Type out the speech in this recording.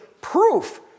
proof